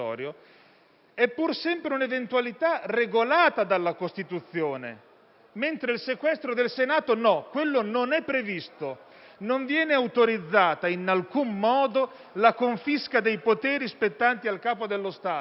è pur sempre una eventualità regolata dalla Costituzione, mentre il sequestro del Senato no, quello non è previsto. Non viene autorizzata in alcun modo la confisca dei poteri spettanti al Capo dello Stato».